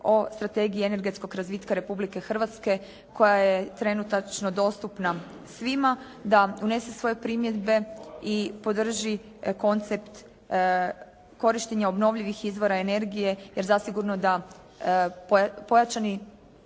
o Strategiji energetskog razvitka Republike Hrvatske koja je trenutačno dostupna svima, da unesu svoje primjedbe i podrži koncept korištenja obnovljivih izvora energije jer zasigurno da pojačani